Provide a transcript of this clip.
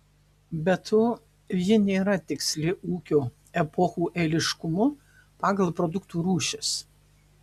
be to ji nėra tiksli ūkio epochų eiliškumu pagal produktų rūšis